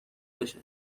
بشه